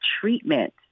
treatment